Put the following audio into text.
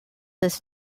this